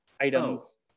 items